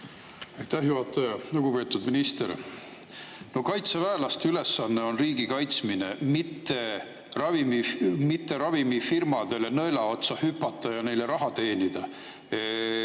juhataja! Lugupeetud minister! Kaitseväelaste ülesanne on riiki kaitsta, mitte ravimifirmadele nõela otsa hüpata ja neile raha teenida